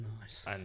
Nice